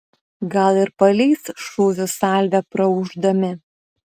gal ir paleis šūvių salvę praūždami